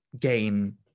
gain